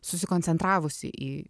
susikoncentravusi į